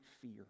fear